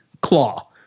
Claw